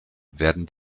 werden